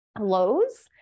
lows